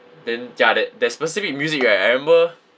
then ya that that specific music right I remember